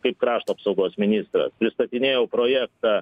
kaip krašto apsaugos ministras pristatinėjau projektą